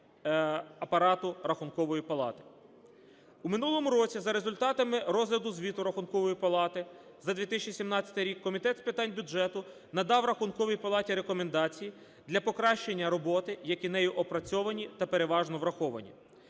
апарату Рахункової палати. У минулому році за результатами розгляду звіту Рахункової палати за 2017 рік Комітет з питань бюджету надав Рахунковій палаті рекомендації для покращання роботи, які нею опрацьовані та переважно враховані.